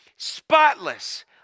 Spotless